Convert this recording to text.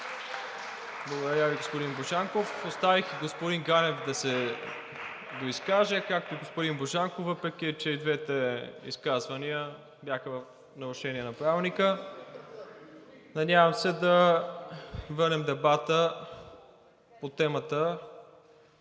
Благодаря Ви, господин Божанков. Оставих господин Ганев да се доизкаже, както и господин Божанков, въпреки че и двете изказвания бяха в нарушение на Правилника. Надявам се да върнем дебата по темата.